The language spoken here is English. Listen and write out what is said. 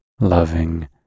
loving